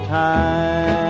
time